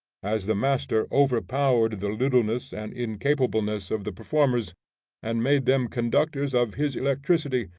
as the master overpowered the littleness and incapableness of the performers and made them conductors of his electricity,